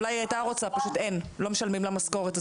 אולי היא הייתה רוצה פשוט אין - לא משלמים לה משכורת,